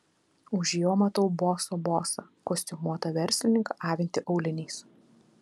už jo matau boso bosą kostiumuotą verslininką avintį auliniais